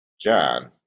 John